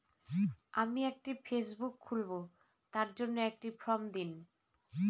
আমি একটি ফেসবুক খুলব তার জন্য একটি ফ্রম দিন?